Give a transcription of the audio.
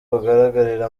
bugaragarira